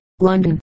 London